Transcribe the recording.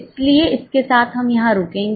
इसलिए इसके साथ हम यहां रुकेंगे